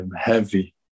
heavy